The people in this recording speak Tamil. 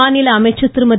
மாநில அமைச்சர் திருமதி